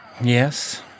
Yes